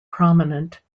prominent